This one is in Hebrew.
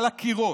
על עקירות,